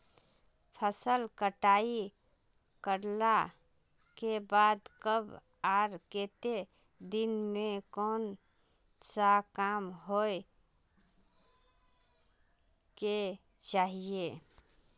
फसल कटाई करला के बाद कब आर केते दिन में कोन सा काम होय के चाहिए?